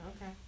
okay